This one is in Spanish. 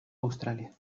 australia